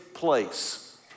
place